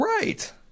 Right